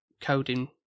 coding